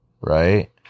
right